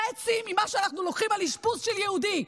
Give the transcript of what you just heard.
חצי ממה שאנחנו לוקחים על אשפוז של יהודי.